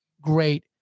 great